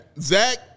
Zach